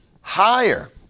higher